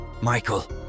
Michael